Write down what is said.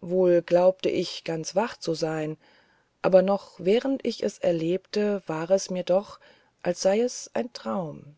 wohl glaubte ich ganz wach zu sein aber noch während ich es erlebte war es mir doch als sei es ein traum